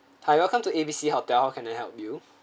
hi welcome to A B C hotel how can I help you